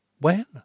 When